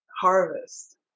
harvest